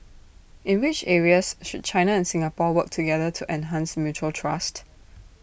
in which areas should China and Singapore work together to enhance mutual trust